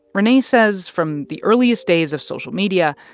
renee says from the earliest days of social media,